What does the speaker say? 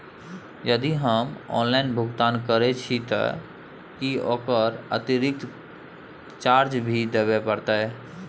यदि हम ऑनलाइन भुगतान करे छिये त की ओकर अतिरिक्त चार्ज भी देबे परतै?